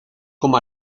como